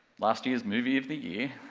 last year's movie of the year,